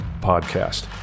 Podcast